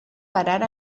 parar